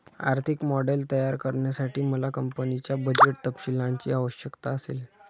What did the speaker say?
आर्थिक मॉडेल तयार करण्यासाठी मला कंपनीच्या बजेट तपशीलांची आवश्यकता असेल